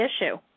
issue